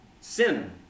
Sin